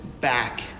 back